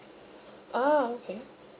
ah okay